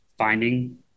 finding